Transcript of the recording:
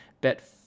bet